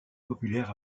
populaires